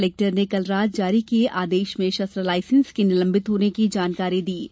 collector ने कल रात जारी किये आदेश में शस्त्र लायसेंस के निलंबित होने की जानकारी भी दी गई है